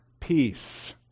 peace